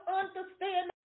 understand